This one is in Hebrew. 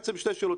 יש לי שתי שאלות.